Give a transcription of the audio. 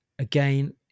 Again